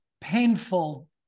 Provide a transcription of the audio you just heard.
painful